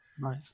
nice